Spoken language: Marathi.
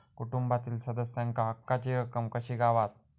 कुटुंबातील सदस्यांका हक्काची रक्कम कशी गावात?